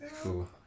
Cool